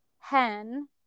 hen